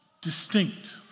distinct